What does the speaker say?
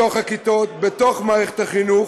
בתוך הכיתות, בתוך מערכת החינוך.